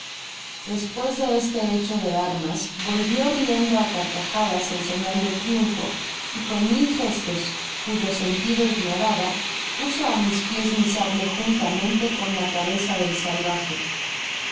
despues de este hecho de armas volvió riendo á carcajadas en señal de triunfo y con mil gestos cuyo sentido ignoraba puso á mis pies mi sable juntamente con la cabeza del salvaje